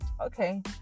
Okay